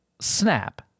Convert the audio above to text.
Snap